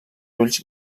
ulls